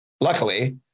luckily